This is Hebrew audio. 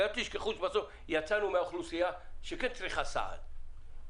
ואל תשכחו שבסוף יצאנו מהאוכלוסייה שכן צריכה סעד.